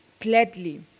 gladly